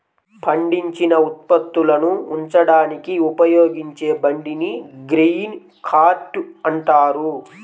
పండించిన ఉత్పత్తులను ఉంచడానికి ఉపయోగించే బండిని గ్రెయిన్ కార్ట్ అంటారు